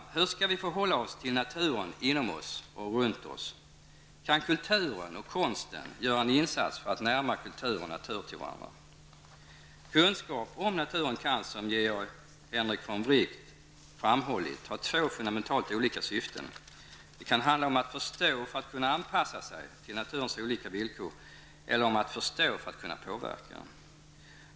Hur skall vi förhålla oss till naturen inom oss och runt oss? Kan kulturen och konsten göra en insats för att närma kultur och natur till varandra? Kunskap om naturen kan, som Georg Henrik von Wright framhållit, ha två fundamentalt olika syften. Det kan handla om att förstå för att kunna anpassa sig till naturens olika villkor eller om att förstå för att kunna påverka.